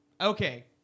Okay